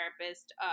therapist